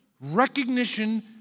recognition